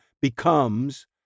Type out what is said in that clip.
becomes